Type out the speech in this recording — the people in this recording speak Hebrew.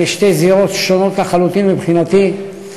אלה שתי זירות שונות לחלוטין, מבחינתי.